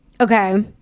Okay